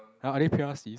are are they P_R_Cs